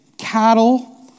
Cattle